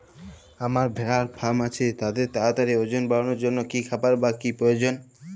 আমার ভেড়ার ফার্ম আছে তাদের তাড়াতাড়ি ওজন বাড়ানোর জন্য কী খাবার বা কী প্রয়োজন?